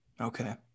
Okay